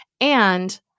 And-